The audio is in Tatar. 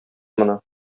моны